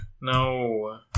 No